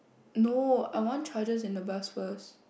no I want charger in the bus first